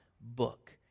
book